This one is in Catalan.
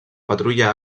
patrulla